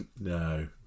no